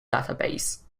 database